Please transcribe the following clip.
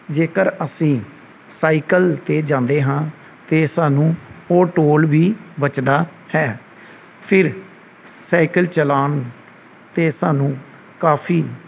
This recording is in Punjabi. ਜੇਕਰ ਅਸੀਂ ਸਾਈਕਲ 'ਤੇ ਜਾਂਦੇ ਹਾਂ ਤਾਂ ਸਾਨੂੰ ਉਹ ਟੋਲ ਵੀ ਬਚਦਾ ਹੈ ਫਿਰ ਸਾਈਕਲ ਚਲਾਉਣ 'ਤੇ ਸਾਨੂੰ ਕਾਫ਼ੀ